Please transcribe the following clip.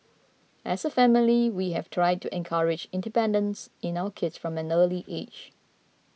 as a family we have tried to encourage independence in our kids from an early age